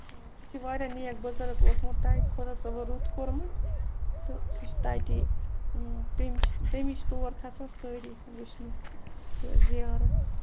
آ سُہ چھُ واریاہ نیک بُزَرٕگ اوسمُت تَتہِ خۄدا صٲبَن رُت کوٚرمُت تہٕ سُہ چھُ تَتی تِم چھِ تَمی چھِ تور کھسان سٲری وٕچھنہِ سُہ زیارَت